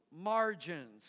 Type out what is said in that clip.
margins